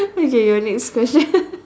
next question